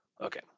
Okay